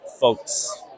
folks